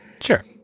Sure